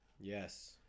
yes